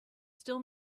still